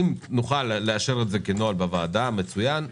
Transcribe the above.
אם נוכל לאשר את זה כנוהל בוועדה מצוין.